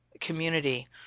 community